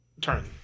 turn